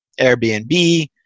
Airbnb